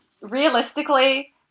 realistically